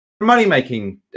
Money-making